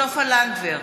סופה לנדבר,